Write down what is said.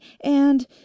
and—